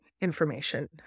information